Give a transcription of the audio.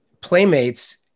Playmates